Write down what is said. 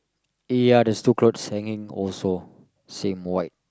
ya there's two clothes hanging also same white